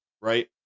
right